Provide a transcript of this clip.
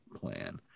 plan